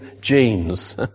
genes